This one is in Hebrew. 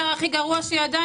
היה שר האוצר הכי גרוע שידענו.